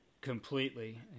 completely